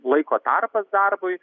laiko tarpas darbui